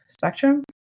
Spectrum